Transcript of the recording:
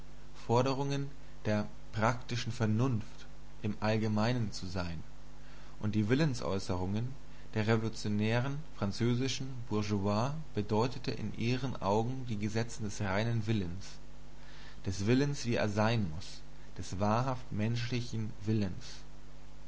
forderungen der praktischen vernunft im allgemeinen zu sein und die willensäußerungen der französischen bourgeoisie bedeuteten in ihren augen die gesetze des reinen willens des willens wie er sein muß des wahrhaft menschlichen willens